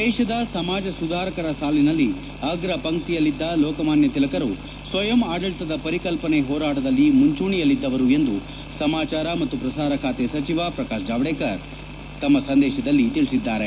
ದೇಶದ ಸಮಾಜ ಸುಧಾರಕರ ಸಾಲಿನಲ್ಲಿ ಅಗ್ರ ಪಂಕ್ತಿಯಲ್ಲಿದ್ದ ಲೋಕಮಾನ್ಯ ತಿಲಕರು ಸ್ವಯಂ ಆಡಳತದ ಪರಿಕಲ್ಪನೆ ಹೋರಾಟದಲ್ಲಿ ಮುಂಚೂಣಿಯಲ್ಲಿದ್ದವರು ಎಂದು ಸಮಾಚಾರ ಮತ್ತು ಪ್ರಸಾರ ಖಾತೆ ಸಚಿವ ಪ್ರಕಾಶ್ ಜಾವಡೇಕರ್ ತಮ್ನ ಸಂದೇತದಲ್ಲಿ ಸ್ಲರಿಸಿದ್ದಾರೆ